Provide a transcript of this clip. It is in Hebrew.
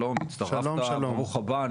שלום, הצטרפת, בורך הבא.